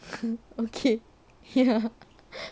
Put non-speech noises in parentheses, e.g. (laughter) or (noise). (laughs) okay ya